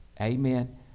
Amen